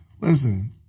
listen